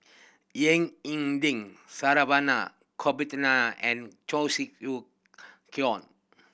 Ying E Ding Saravanan Gopinathan and Cheong Siew Keong